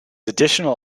additional